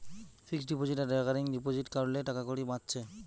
fixed deposit আর recurring deposit কোরলে টাকাকড়ি বাঁচছে